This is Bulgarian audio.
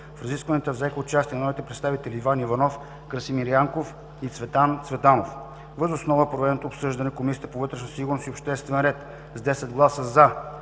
В разискванията взеха участие народните представители Иван Иванов, Красимир Янков и Цветан Цветанов. Въз основа на проведеното обсъждане Комисията по вътрешна сигурност и обществен ред с 10 гласа